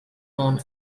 known